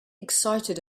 excited